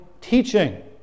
teaching